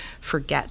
forget